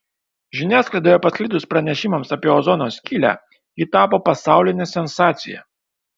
žiniasklaidoje pasklidus pranešimams apie ozono skylę ji tapo pasauline sensacija